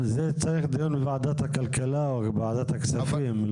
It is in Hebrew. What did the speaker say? על זה צריך דיון בוועדת הכלכלה או בוועדת הכספים.